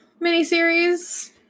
miniseries